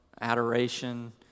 adoration